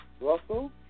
Russell